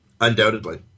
Undoubtedly